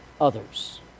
others